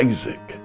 Isaac